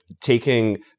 taking